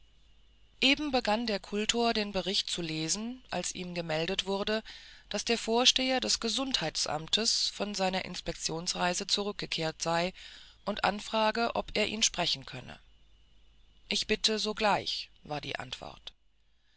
eben begann der kultor den bericht zu lesen als ihm gemeldet wurde daß der vorsteher des gesundheitsamtes von seiner inspektionsreise zurückgekehrt sei und anfrage ob er ihn sprechen könne ich bitte sogleich war die antwort